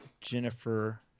Jennifer